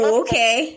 okay